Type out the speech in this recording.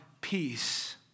peace